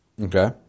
Okay